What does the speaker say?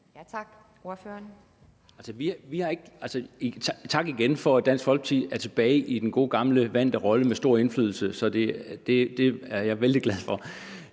Tak igen, for at Dansk Folkeparti bliver betragtet som værende tilbage i den gode gamle vante rolle med stor indflydelse. Det er jeg vældig glad for.